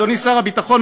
אדוני שר הביטחון,